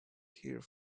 here